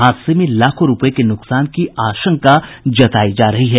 हादसे में लाखों रुपये के नुकसान की आशंका जतायी जा रही है